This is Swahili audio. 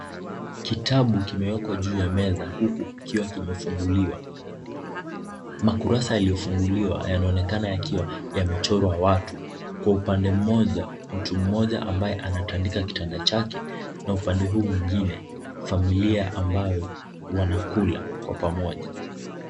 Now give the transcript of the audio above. Kitabu kimewekwa juu ya meza huku kikiwa kimefunguliwa. Makurasa yaliyofunguliwa, yanaonekana yakiwa yamechorwa watu. Kwa upande mmoja, mtu mmoja ambaye anatandika kitanda chake na upande huu mwingine, familia ambao wanakula kwa pamoja.